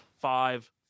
five